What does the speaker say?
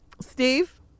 Steve